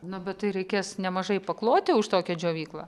na bet tai reikės nemažai pakloti už tokią džiovyklą